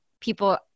people